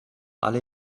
alle